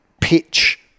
pitch